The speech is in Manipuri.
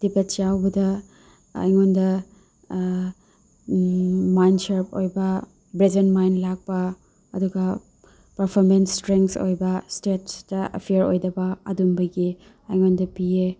ꯗꯤꯕꯦꯠꯁ ꯌꯥꯎꯕꯗ ꯑꯩꯉꯣꯟꯗ ꯃꯥꯏꯟ ꯁ꯭ꯔꯞ ꯑꯣꯏꯕ ꯕꯦꯖꯦꯟ ꯃꯥꯏꯟ ꯂꯥꯛꯄ ꯑꯗꯨꯒ ꯄꯔꯐꯣꯔꯃꯦꯟꯁ ꯁ꯭ꯇꯔꯦꯡꯁ ꯑꯣꯏꯕ ꯁ꯭ꯇꯦꯠꯁꯇ ꯑꯐꯤꯌꯔ ꯑꯣꯏꯗꯕ ꯑꯗꯨꯝꯕꯒꯤ ꯑꯩꯉꯣꯟꯗ ꯄꯤꯌꯦ